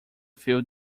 feel